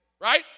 Right